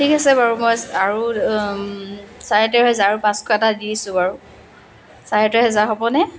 ঠিক আছে বাৰু মই আৰু চাৰে তেৰ হেজাৰ আৰু পাঁচশ এটা দি দিছোঁ বাৰু চাৰে তেৰ হেজাৰ হ'বনে